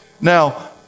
Now